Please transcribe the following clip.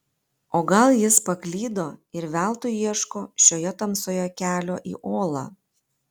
o gal jis paklydo ir veltui ieško šioje tamsoje kelio į olą